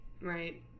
Right